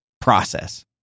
process